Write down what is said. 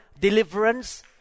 deliverance